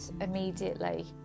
immediately